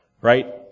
right